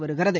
வருகிறது